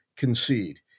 Concede